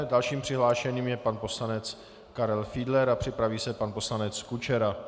Dalším přihlášeným je pan poslanec Karel Fiedler a připraví se pan poslanec Kučera.